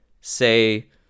say